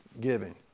giving